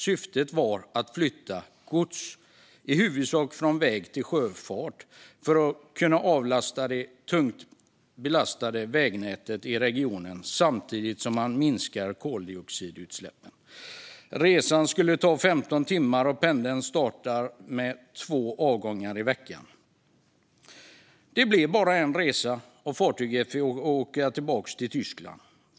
Syftet var att flytta gods i huvudsak från väg till sjöfart för att kunna avlasta det tungt belastade vägnätet i regionen och samtidigt minska koldioxidutsläppen. Resan skulle ta 15 timmar, och pendeln skulle starta med två avgångar i veckan. Det blev bara en resa. Sedan fick fartyget åka tillbaka till Tyskland.